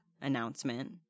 announcement